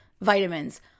Vitamins